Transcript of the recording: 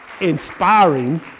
inspiring